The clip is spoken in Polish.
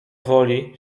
woli